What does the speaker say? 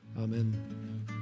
Amen